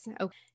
Okay